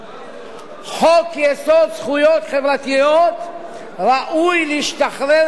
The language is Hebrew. חוק-יסוד: זכויות חברתיות ראוי להשתחרר